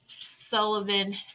Sullivan